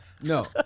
no